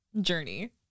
journey